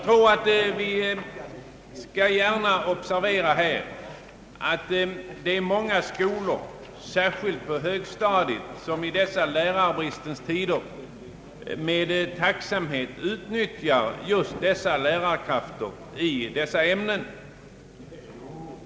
Vi bör observera att många skolor, särskilt på högstadiet, i dessa lärarbristens tider med tacksamhet utnyttjar just lärarkrafterna i dessa ämnen.